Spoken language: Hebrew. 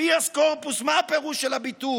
הביאס קורפוס, מה הפירוש של הביטוי?